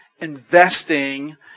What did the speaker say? investing